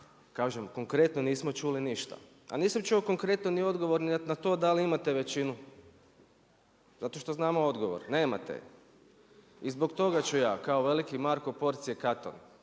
kažem konkretno nismo čuli ništa. A nisam čuo konkretno ni odgovor ni na to da li imate većinu zato što znamo odgovor, nemate. I zbog toga ću ja kao veliki Marko Porcije Katon,